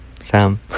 Sam